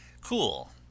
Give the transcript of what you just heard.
Cool